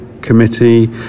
Committee